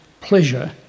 pleasure